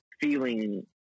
feeling